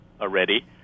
already